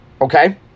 okay